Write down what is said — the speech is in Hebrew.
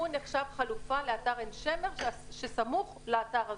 הוא נחשב חלופה לאתר עין שמר שסמוך לאתר הזה.